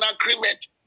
agreement